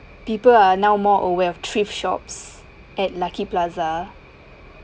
people are now more aware of thrift shops at lucky plaza